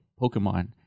Pokemon